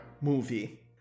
movie